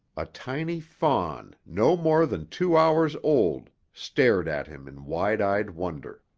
a tiny fawn no more than two hours old stared at him in wide-eyed wonder.